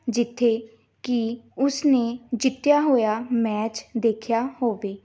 ਜਿੱਥੇ ਕਿ ਉਸਨੇ ਜਿੱਤਿਆ ਹੋਇਆ ਮੈਚ ਦੇਖਿਆ ਹੋਵੇ